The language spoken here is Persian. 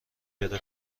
بره